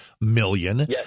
million